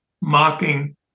mocking